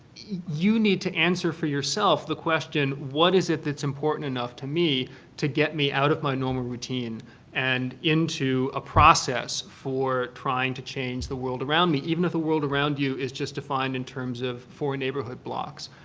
you need to answer for yourself the question what is it that's important enough to me to get me out of my normal routine and into a process for trying to change the world around me, even if the world around you is just defined in terms of four neighborhood blocks,